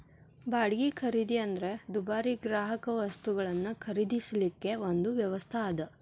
ಬಾಡ್ಗಿ ಖರೇದಿ ಅಂದ್ರ ದುಬಾರಿ ಗ್ರಾಹಕವಸ್ತುಗಳನ್ನ ಖರೇದಿಸಲಿಕ್ಕೆ ಒಂದು ವ್ಯವಸ್ಥಾ ಅದ